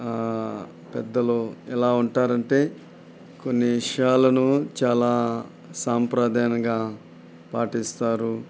పెద్దలు ఎలా ఉంటారంటే కొన్ని విషయాలను చాలా సాంప్రదాయంగా పాటిస్తారు